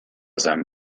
seinem